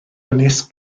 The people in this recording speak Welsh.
ynys